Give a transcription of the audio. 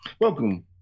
Welcome